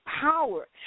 Power